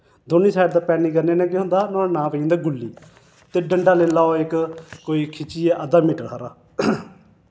दौन्नी side दा पैनी करने ने केह् होंदा नोह्ड़ा नां पेई जंदा गुल्ली ते डंडा लेई लैओ इक कोई खिच्चियै अद्दा मीटर हारा